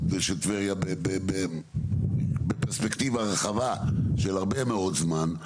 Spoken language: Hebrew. של טבריה בפרספקטיבה רחבה של הרבה מאוד זמן.